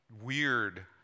weird